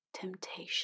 temptation